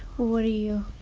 what do you